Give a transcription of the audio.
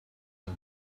and